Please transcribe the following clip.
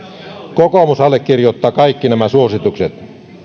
kokoomus allekirjoittaa kaikki nämä suositukset